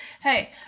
Hey